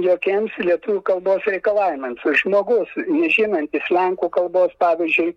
jokiems lietuvių kalbos reikalavimams žmogus nežinantis lenkų kalbos pavyzdžiui